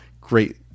great